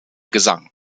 gesang